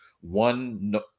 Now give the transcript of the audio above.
one